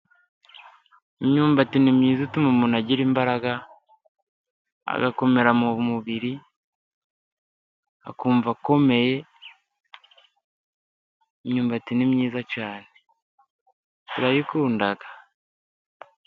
Imyumbati ni myiza ituma umuntu agira imbaraga, agakomera mu mubiri, akumva akomeye. Imyumbati ni myiza cyane turayikunda.